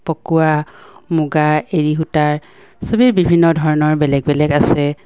পকুৱা মুগা এৰী সূতাৰ চবেই বিভিন্ন ধৰণৰ বেলেগ বেলেগ আছে